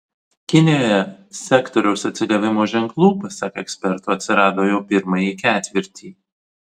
kinijoje sektoriaus atsigavimo ženklų pasak ekspertų atsirado jau pirmąjį ketvirtį